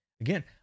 Again